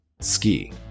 ski